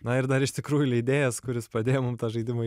na ir dar iš tikrųjų leidėjas kuris padėjo mum tą žaidimą